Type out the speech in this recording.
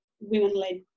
women-led